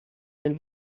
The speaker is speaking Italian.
nel